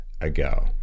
ago